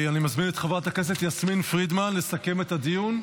אני מזמין את חברת הכנסת יסמין פרידמן לסכם את הדיון,